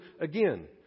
again